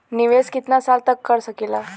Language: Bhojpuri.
निवेश कितना साल तक कर सकीला?